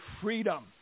Freedom